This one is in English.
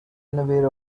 unaware